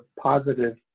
positive